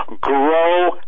grow